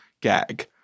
gag